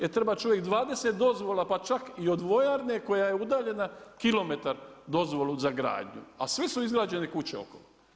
E treba čovjek 20 dozvola, pa čak i od vojarne koja je udaljena kilometar dozvolu za gradnju a sve su izgrađene kuće okolo.